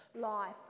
life